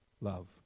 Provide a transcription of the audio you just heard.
love